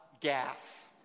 gas